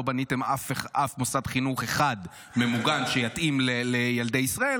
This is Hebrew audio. לא בניתם אף מוסד חינוך אחד ממוגן שיתאים לילדי ישראל.